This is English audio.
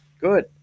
Good